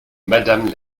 madame